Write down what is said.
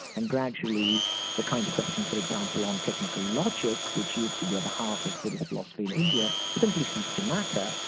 and gradually the kind of questions for example on technical logic, which used to be at the heart of buddhist philosophy in india, simply ceased to matter,